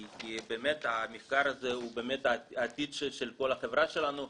כי באמת המחקר הזה הוא העתיד של כל החברה שלנו.